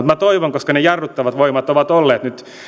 minä toivon koska ne jarruttavat voimat ovat olleet nyt